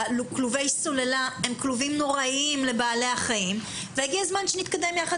כלובי סוללה הם כלובים נוראיים לבעלי החיים והגיע הזמן שנתקדם יחד